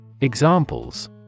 Examples